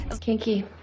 Kinky